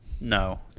No